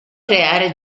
creare